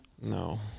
No